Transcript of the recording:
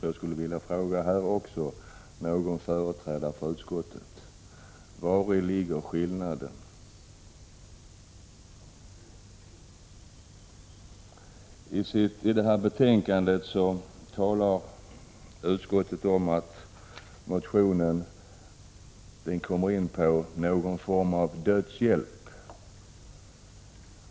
Jag skulle även här vilja fråga någon företrädare för utskottet: Vari ligger skillnaden? I det här betänkandet talar utskottet om att vi i vår motion kommer in på någon form av dödshjälp.